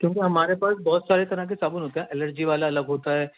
کیونکہ ہمارے پاس بہت سارے طرح کے صابن ہوتے ہیں ایلرجی والا الگ ہوتا ہے